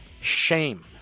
Shame